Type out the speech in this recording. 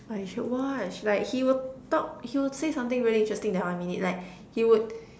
ah you should watch like he will talk he will say something very interesting in that one minute like he would